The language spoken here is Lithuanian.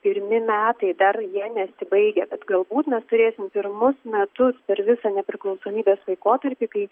pirmi metai dar jie nesibaigė bet galbūt mes turėsim pirmus metus per visą nepriklausomybės laikotarpį kai